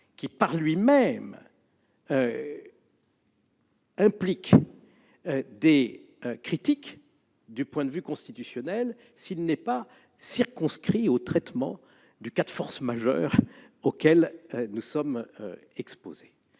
qui, par lui-même, soulève des critiques d'un point de vue constitutionnel s'il n'est pas circonscrit au traitement du cas de force majeure auquel nous sommes confrontés.